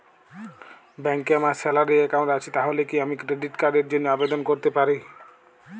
ব্যাংকে আমার salary account আছে তাহলে কি আমি ক্রেডিট কার্ড র জন্য আবেদন করতে পারি?